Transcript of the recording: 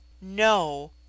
no